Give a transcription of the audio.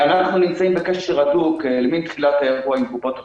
אנחנו נמצאים בקשר הדוק למן תחילת האירוע עם קופות החולים.